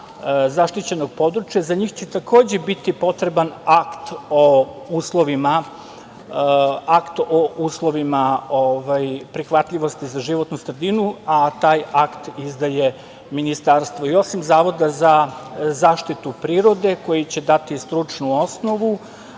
zaštićenog područja, za njih će takođe biti potreban akt o uslovima prihvatljivosti za životnu sredinu, a taj akt izdaje ministarstvu i osim Zavoda za zaštitu prirode koji će dati stručnu osnovu